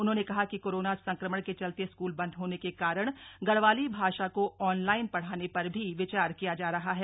उन्होंने कहा कि कोरोना संक्रमण के चलते स्क्ल बंद होने के कारण गढ़वाली भाषा को ऑनलाइन पढ़ाने पर भी विचार किया जा रहा है